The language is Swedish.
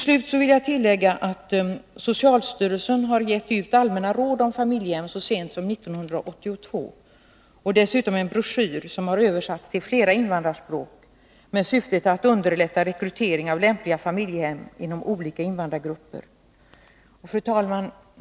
Jag vill tillägga att socialstyrelsen så sent som 1982 har givit ut allmänna råd om familjehem och dessutom en broschyr som översatts till flera invandrarspråk med syfte att underlätta rekryteringen av lämpliga familjehem inom olika invandrargrupper. Fru talman!